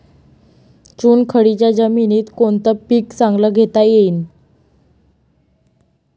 चुनखडीच्या जमीनीत कोनतं पीक चांगलं घेता येईन?